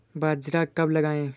बाजरा कब लगाएँ?